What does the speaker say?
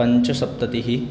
पञ्चसप्ततिः